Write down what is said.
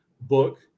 book